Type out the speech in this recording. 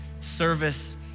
service